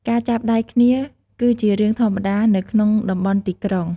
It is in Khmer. ការចាប់ដៃគ្នា គឺជារឿងធម្មតានៅក្នុងតំបន់ទីក្រុង។